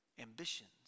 ambitions